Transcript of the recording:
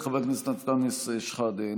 חבר הכנסת אנטאנס שחאדה,